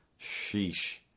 Sheesh